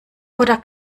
oder